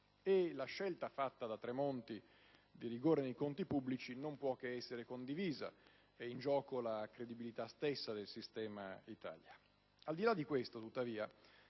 La scelta fatta da Tremonti di rigore nei conti pubblici non può che essere condivisa. È in gioco la credibilità stessa del Sistema Italia. Al di là di questo, tuttavia,